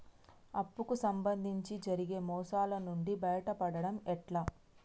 అప్పు కు సంబంధించి జరిగే మోసాలు నుండి బయటపడడం ఎట్లా?